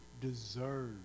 deserve